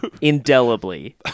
Indelibly